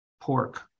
pork